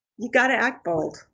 you got to act bold.